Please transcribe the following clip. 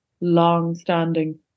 long-standing